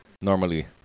normally